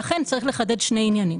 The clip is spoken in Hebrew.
לכן יש לחדד שני עניינים